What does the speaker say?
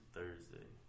Thursday